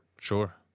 Sure